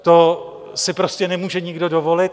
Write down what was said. To si prostě nemůže nikdo dovolit.